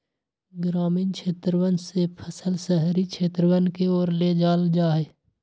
ग्रामीण क्षेत्रवन से फसल शहरी क्षेत्रवन के ओर ले जाल जाहई